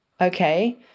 Okay